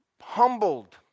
humbled